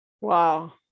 Wow